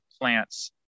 plants